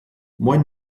moin